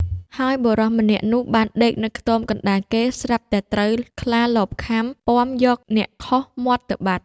ហើយបុរសម្នាក់នោះបានដេកនៅខ្ទមកណ្តាលគេ ស្រាប់តែត្រូវខ្លាលបខាំ ពាំយកអ្នកខុសមាត់ទៅបាត់។